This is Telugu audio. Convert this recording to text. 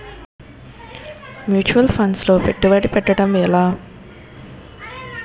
ముచ్యువల్ ఫండ్స్ లో పెట్టుబడి పెట్టడం ఎలా?